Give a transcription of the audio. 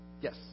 Yes